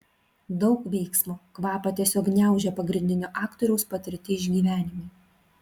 daug veiksmo kvapą tiesiog gniaužia pagrindinio aktoriaus patirti išgyvenimai